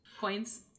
coins